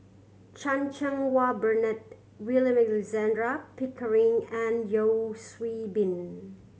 Chan Cheng Wah Bernard William Alexander Pickering and Yeo Bin